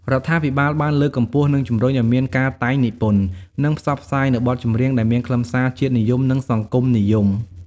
រដ្ឋាភិបាលបានលើកកម្ពស់ និងជំរុញឱ្យមានការតែងនិពន្ធ និងផ្សព្វផ្សាយនូវបទចម្រៀងដែលមានខ្លឹមសារ ជាតិនិយម និងសង្គមនិយម។